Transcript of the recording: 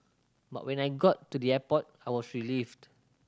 but when I got to the airport I was relieved